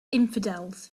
infidels